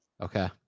Okay